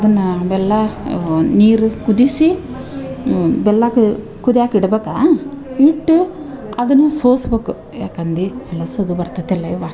ಅದನ್ನಾ ಬೆಲ್ಲಾ ನೀರು ಕುದಿಸಿ ಬೆಲ್ಲಾಕೆ ಕುದಿಯಾಕೆ ಇಡ್ಬೇಕು ಇಟ್ಟು ಅದನ್ನ ಸೋಸ್ಬಕು ಯಾಕಂದಿ ಲಸ್ದ ಬರ್ತೈತೆಯೆಲ್ಲೆ ಅವ್ವ